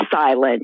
silent